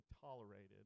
tolerated